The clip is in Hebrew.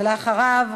ואחריו,